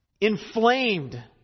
inflamed